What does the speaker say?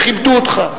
וכיבדו אותך.